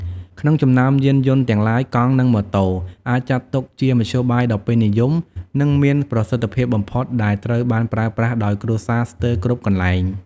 ក្នុងចំណោមយានយន្តទាំងឡាយ កង់ និងម៉ូតូ អាចចាត់ទុកជាមធ្យោបាយដ៏ពេញនិយម និងមានប្រសិទ្ធភាពបំផុត ដែលត្រូវបានប្រើប្រាស់ដោយគ្រួសារស្ទើរគ្រប់កន្លែង។